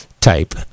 type